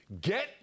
get